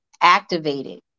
activated